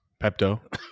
Pepto